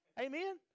Amen